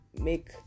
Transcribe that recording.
make